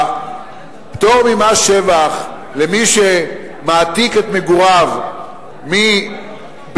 הפטור ממס שבח למי שמעתיק את מגוריו מביתו